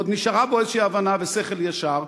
עוד נשארו בו איזושהי הבנה ושכל ישר: